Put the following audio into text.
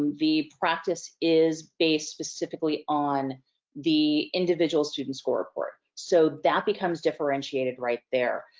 um the practice is based specifically on the individual student score report. so, that becomes differentiated right there.